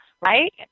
right